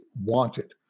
wanted